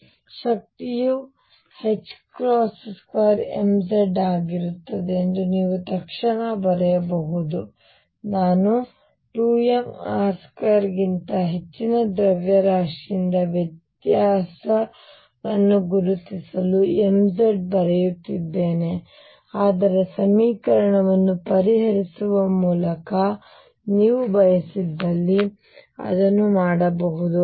ಆದ್ದರಿಂದ ಶಕ್ತಿಯು 2mz ಆಗಿರುತ್ತದೆ ಎಂದು ನೀವು ತಕ್ಷಣ ಬರೆಯಬಹುದು ನಾನು 2 m R2 ಗಿಂತ ಹೆಚ್ಚಿನ ದ್ರವ್ಯರಾಶಿಯಿಂದ ವ್ಯತ್ಯಾಸವನ್ನು ಗುರುತಿಸಲು mz ಬರೆಯುತ್ತಿದ್ದೇನೆ ಆದರೆ ಸಮೀಕರಣವನ್ನು ಪರಿಹರಿಸುವ ಮೂಲಕ ನೀವು ಬಯಸಿದಲ್ಲಿ ಅದನ್ನು ಮಾಡಬಹುದು